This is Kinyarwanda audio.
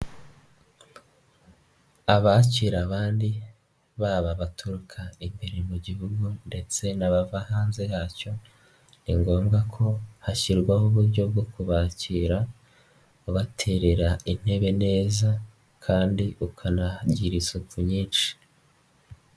Abakira abandi baba abaturuka imbere mu gihugu ndetse n'abava hanze yacyo ni ngombwa ko hashyirwaho uburyo bwo kubakira ubaterera intebe neza kandi ukanagira isuku nyinshi.